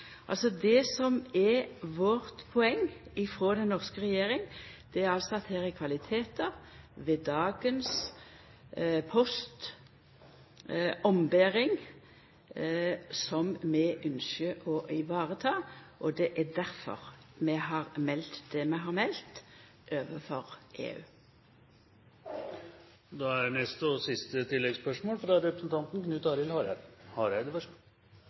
Det som er vårt poeng frå den norske regjeringa, er at det er kvalitetar ved dagens postombering som vi ynskjer å vareta, og det er difor vi har meldt det vi har meldt overfor EU. Knut Arild Hareide – til oppfølgingsspørsmål. Det er